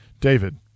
David